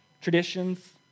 traditions